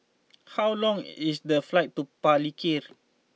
how long is the flight to Palikir